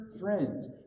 friends